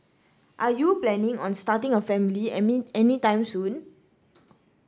are you planning on starting a family any anytime soon